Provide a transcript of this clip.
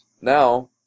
Now